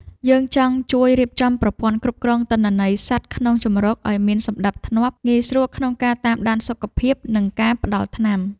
យើងចង់ជួយរៀបចំប្រព័ន្ធគ្រប់គ្រងទិន្នន័យសត្វក្នុងជម្រកឱ្យមានសណ្ដាប់ធ្នាប់ងាយស្រួលក្នុងការតាមដានសុខភាព និងការផ្ដល់ថ្នាំ។